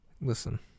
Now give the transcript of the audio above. Listen